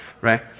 Right